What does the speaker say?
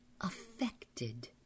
affected